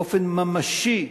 באופן ממשי.